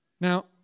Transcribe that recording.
Now